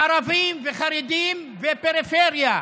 ערבים וחרדים ופריפריה.